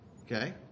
Okay